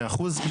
מאה אחוז.